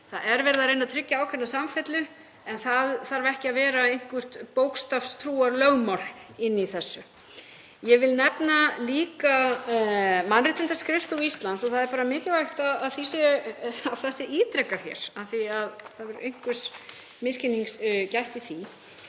það er verið að reyna að tryggja ákveðna samfellu, en það þarf ekki að vera eitthvert bókstafstrúarlögmál inni í þessu. Ég vil nefna líka Mannréttindaskrifstofu Íslands og það er mikilvægt að það sé ítrekað hér, af því að það hefur einhvers misskilnings gætt í því,